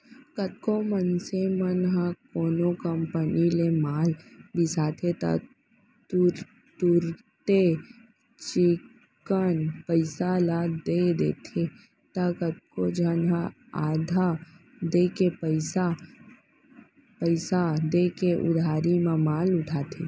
कतको मनसे मन ह कोनो कंपनी ले माल बिसाथे त तुरते चिक्कन पइसा ल दे देथे त कतको झन ह आधा देके पइसा देके उधारी म माल उठाथे